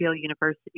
University